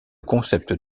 concept